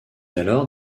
alors